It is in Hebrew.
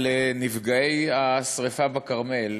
על נפגעי השרפה בכרמל,